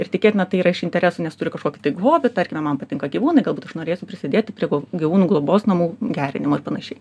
ir tikėtina tai yra iš interesų nes turi kažkokį tai hobį tarkime man patinka gyvūnai galbūt aš norėsiu prisidėti prie gyvūnų globos namų gerinimo ir panašiai